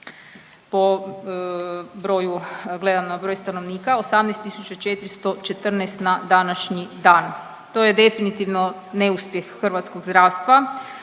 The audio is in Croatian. na broj stanovnika. 18414 na današnji dan. To je definitivno neuspjeh hrvatskog zdravstva.